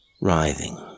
writhing